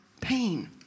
pain